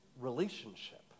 relationship